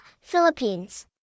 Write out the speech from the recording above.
Philippines